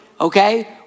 okay